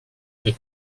avec